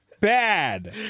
bad